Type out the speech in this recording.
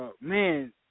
man